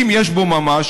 אם יש בו ממש,